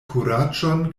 kuraĝon